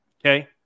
Okay